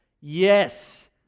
Yes